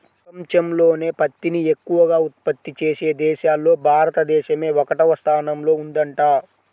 పెపంచంలోనే పత్తిని ఎక్కవగా ఉత్పత్తి చేసే దేశాల్లో భారతదేశమే ఒకటవ స్థానంలో ఉందంట